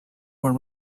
were